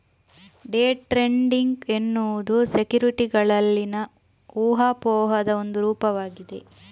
day trading ಎನ್ನುವುದು ಸೆಕ್ಯುರಿಟಿಗಳಲ್ಲಿನ ಊಹಾಪೋಹದ ಒಂದು ರೂಪವಾಗಿದೆ